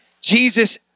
Jesus